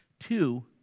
Two